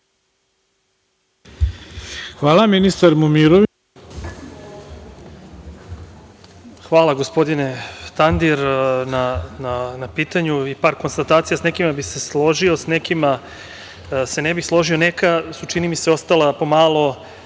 **Tomislav Momirović** Hvala, gospodine Tandir na pitanju i par konstatacija. Sa nekima bih se složio, sa nekima se ne bih složio. Neka su, čini mi se ostala po malo